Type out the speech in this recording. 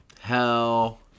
Hell